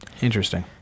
Interesting